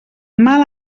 mala